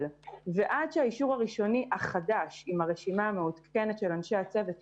ועד שהאישור הראשוני החדש לא מגיע,